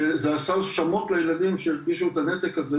שזה עשה שמות לילדים שהרגישו את הנתק הזה,